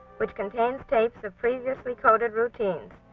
which contains tapes of previously coded routines,